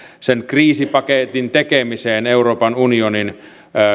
sen kriisipaketin tekemiseen euroopan unionin